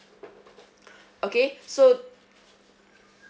okay so